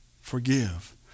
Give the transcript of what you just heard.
Forgive